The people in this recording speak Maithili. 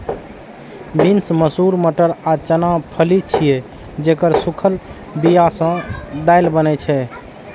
बीन्स, मसूर, मटर आ चना फली छियै, जेकर सूखल बिया सं दालि बनै छै